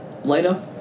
Later